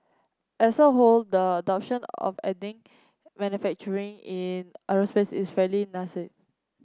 as a whole the adoption of manufacturing in aerospace is fairly nascent